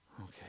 okay